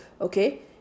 Okay